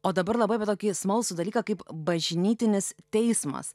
o dabar labai apie tokį smalsūs dalyką kaip bažnytinis teismas